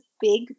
big